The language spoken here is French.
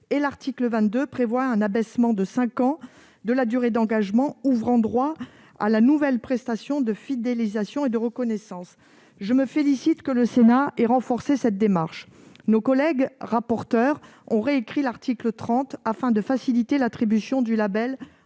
et l'article 22 prévoit un abaissement de cinq ans de la durée d'engagement ouvrant droit à la nouvelle prestation de fidélisation et de reconnaissance. Je me félicite que le Sénat ait renforcé cette démarche. Nos collègues rapporteurs ont réécrit l'article 30 afin de faciliter l'attribution du label